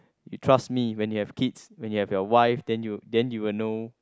you trust me when you have kids when you have your wife then you then you will know